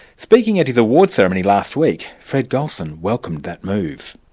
speaking at his award ceremony last week fred gulson welcomed that move.